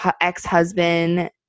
ex-husband